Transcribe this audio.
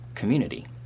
community